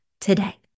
today